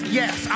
yes